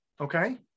Okay